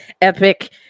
epic